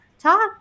talk